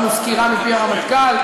שמענו סקירה מפי הרמטכ"ל,